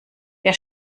der